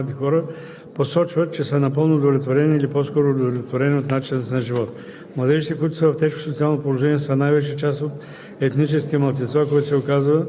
капацитет 15 839. Данните в Доклада отчитат, че българските младежи нямат сериозни социални дефицити, като 75% от младите хора